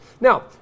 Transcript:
Now